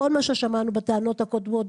כל מה ששמענו בטענות הקודמות,